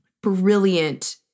brilliant